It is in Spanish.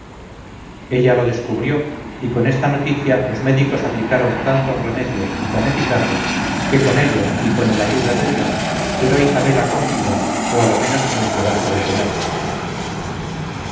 ella lo descubrió y con esta noticia los médicos aplicaron tantos remedios y tan eficaces que con ellos y con el ayuda de dios quedó isabela con vida o alomenos con esperanza de tenerla